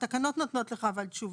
התקנות נותנות לך תשובה.